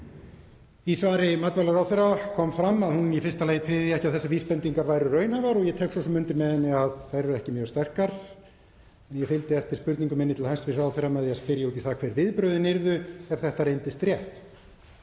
Í svari matvælaráðherra kom fram að í fyrsta lagi tryði hún ekki að þessar vísbendingar væru raunhæfar og ég tek svo sem undir með henni að þær eru ekki mjög sterkar. Ég fylgdi eftir spurningu minni til hæstv. ráðherra með því að spyrja út í það hver viðbrögðin yrðu ef þetta reyndist rétt.